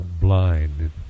blind